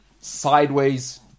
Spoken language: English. sideways